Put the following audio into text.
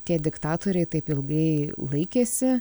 tie diktatoriai taip ilgai laikėsi